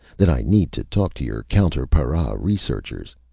that i need to talk to your counter-para researchers.